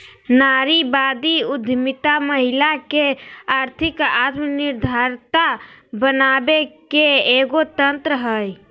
नारीवादी उद्यमितामहिला के आर्थिक आत्मनिर्भरता बनाबे के एगो तंत्र हइ